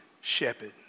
shepherd